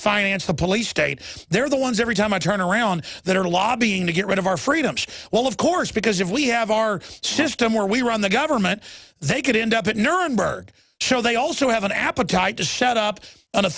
financial police state they're the ones every time i turn around that are lobbying to get rid of our freedoms well of course because if we have our system where we run the government they could end up at nuremberg so they also have an appetite to set up an a